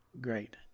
great